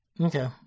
Okay